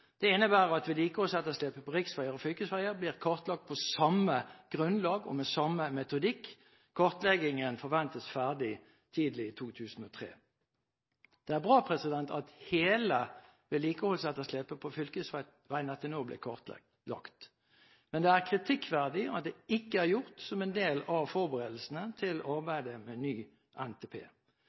Dette innebærer at vedlikeholdsetterslepet på riksveger og fylkesveger blir kartlagt på samme grunnlag og med samme metodikk. Kartleggingen på fylkesvegnettet forventes å være ferdig tidlig i 2013.» Det er bra at hele vedlikeholdsetterslepet på fylkesveinettet nå blir kartlagt, men det er kritikkverdig at det ikke er gjort som en del av forberedelsene til arbeidet med ny NTP.